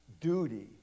duty